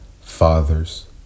fathers